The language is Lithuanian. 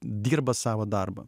dirba savo darbą